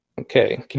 Okay